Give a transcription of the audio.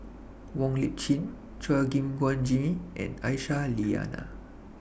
Wong Lip Chin Chua Gim Guan Jimmy and Aisyah Lyana